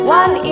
one